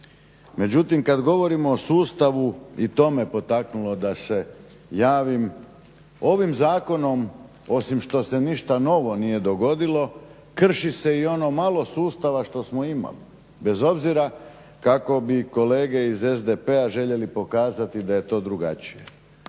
Međutim kad govorimo o sustavu i to me potaknulo tome da se javim. Ovim zakonom osim što se ništa novo nije dogodilo krši se i ono malo sustava što smo imali bez obzira kako bi kolege iz SDP-a željeli pokazati da je to drugačije.